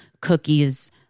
cookies